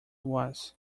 was